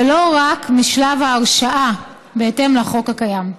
ולא רק משלב ההרשעה, בהתאם לחוק הקיים.